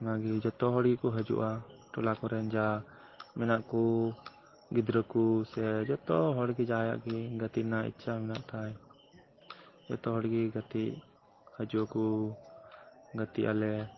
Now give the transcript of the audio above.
ᱚᱱᱟᱜᱮ ᱡᱚᱛᱚ ᱦᱚᱲ ᱜᱮᱠᱚ ᱦᱤᱡᱩᱜᱼᱟ ᱴᱚᱞᱟ ᱠᱚᱨᱮᱱ ᱡᱟ ᱢᱮᱱᱟᱜ ᱠᱚ ᱜᱤᱫᱽᱨᱟᱹ ᱠᱚ ᱥᱮ ᱡᱚᱛᱚ ᱦᱚᱲᱜᱮ ᱥᱮ ᱡᱟᱦᱟᱸᱭᱟᱜ ᱤᱪᱪᱟ ᱢᱮᱱᱟᱜ ᱛᱟᱭ ᱡᱚᱛᱚ ᱦᱚᱲ ᱜᱮ ᱜᱟᱛᱮᱜ ᱦᱤᱡᱩᱜ ᱟᱠᱚ ᱜᱟᱛᱮ ᱟᱞᱮ